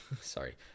sorry